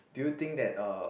do you think that uh